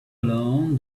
along